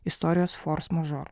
istorijos fors mažor